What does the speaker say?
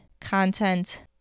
content